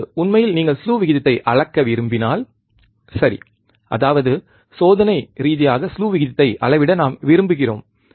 இப்போது உண்மையில் நீங்கள் ஸ்லூ விகிதத்தை அளக்க விரும்பினால் சரி அதாவது சோதனை ரீதியாகஸ்லூ விகிதத்தை அளவிட நாம் விரும்புகிறோம்